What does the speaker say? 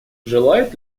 желает